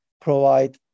provide